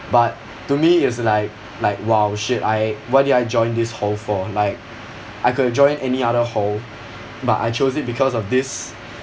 but to me it's like like !wow! shit I what did I join this hall for like I could have joined any other hall but I chose it because of this